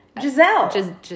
giselle